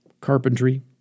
Carpentry